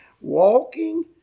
Walking